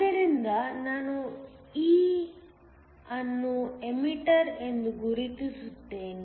ಆದ್ದರಿಂದ ನಾನು ಈ E ಅನ್ನು ಎಮಿಟರ್ ಎಂದು ಗುರುತಿಸುತ್ತೇನೆ